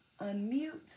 unmute